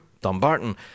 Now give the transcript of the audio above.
Dumbarton